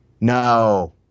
no